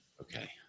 Okay